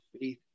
faith